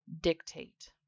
dictate